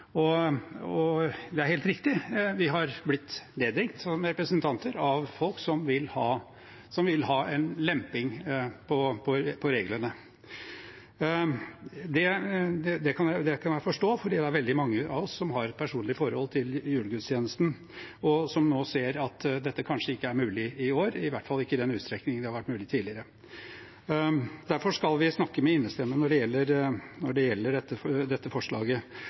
Det er helt riktig, vi har som representanter blitt nedringt av folk som vil ha en lemping på reglene. Det kan jeg forstå, for det er veldig mange av oss som har et personlig forhold til julegudstjenesten, og som nå ser at dette kanskje ikke er mulig i år, i hvert fall ikke i den utstrekning det har vært mulig tidligere. Derfor skal vi snakke med innestemme når det gjelder dette forslaget. Men så er det